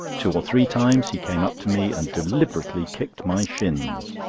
two or three times he came up to me and deliberately kicked my shins.